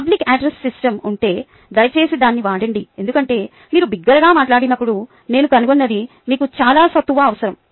public address system ఉంటే దయచేసి దాన్ని వాడండి ఎందుకంటే మీరు బిగ్గరగా మాట్లాడినపుడు నేను కనుగొన్నది మీకు చాలా సత్తువ అవసరం